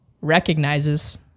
recognizes